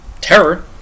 terror